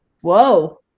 Whoa